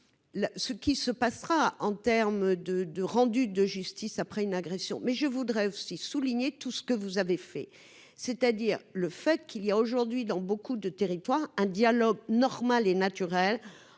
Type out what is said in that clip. ce qui se passera en terme de de rendu de justice après une agression, mais je voudrais aussi souligner tout ce que vous avez fait, c'est-à-dire le fait qu'il y a aujourd'hui, dans beaucoup de territoires un dialogue normal et naturel